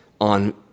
on